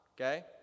Okay